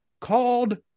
called